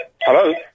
Hello